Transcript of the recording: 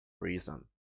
reason